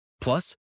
Plus